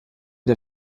der